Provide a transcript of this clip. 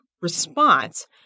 response